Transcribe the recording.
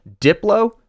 Diplo